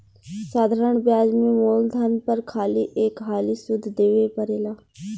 साधारण ब्याज में मूलधन पर खाली एक हाली सुध देवे परेला